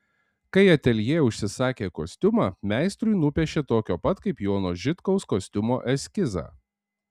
kai ateljė užsisakė kostiumą meistrui nupiešė tokio pat kaip jono žitkaus kostiumo eskizą